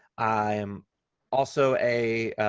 i am also a